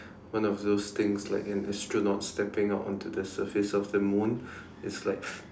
one of those things like an astronaut stepping out onto the surface of the moon it's like